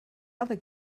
other